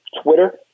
Twitter